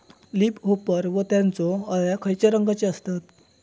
Leaf hopper व त्यानचो अळ्या खैचे रंगाचे असतत?